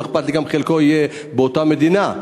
לא אכפת לי שחלק יהיה באותה מדינה,